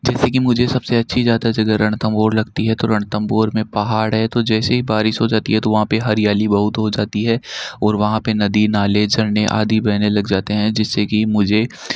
जैसे कि मुझे सबसे अच्छी ज़्यादा जगह रणथंबोर लगती है तो रणथंबोर में पहाड़ है तो जैसे ही बारिश हो जाती है तो वहाँ पर हरियाली बहुत हो जाती है और वहाँ पर नदी नाले झरने आदि बहने लग जाते हैं जिससे कि मुझे